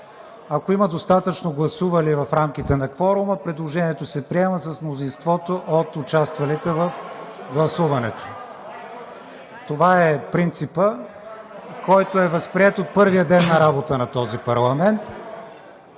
Ако има достатъчно гласували в рамките на кворума, предложението се приема с мнозинството от участвалите в гласуването. Това е принципът, който е възприет от първия ден на работа на този парламент.